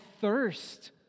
thirst